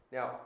Now